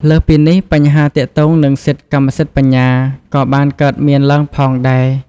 លើសពីនេះ បញ្ហាទាក់ទងនឹងសិទ្ធិកម្មសិទ្ធិបញ្ញា ក៏បានកើតមានឡើងផងដែរ។